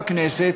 בכנסת,